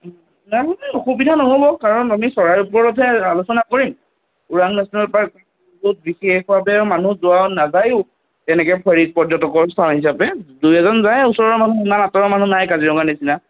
নাই অসুবিধা নহ'ব কাৰণ আমি চৰাইৰ ওপৰতহে আলোচনা কৰিম ওৰাং নেশ্যনেল পাৰ্ক বিশেষভাৱে মানুহ যোৱা নাযাইয়ো তেনেকৈ পৰি পৰ্যটকৰ স্থান হিচাপে দুই এজন যায় ওচৰৰ মানুহ সিমান আঁতৰৰ মানুহ নাই কাজিৰঙাৰ নিচিনা